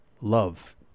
love